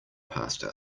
pasta